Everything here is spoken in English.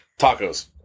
tacos